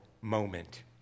moment